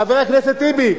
חבר הכנסת טיבי,